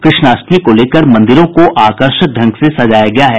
कृष्णाष्टमी को लेकर मंदिरों को आकर्षक ढंग से सजाया गया है